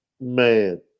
Man